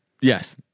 Yes